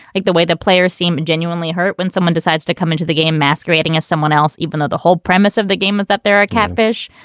like the way the players seem genuinely hurt when someone decides to come into the game masquerading as someone else. even though the whole premise of the game is that there are catfish,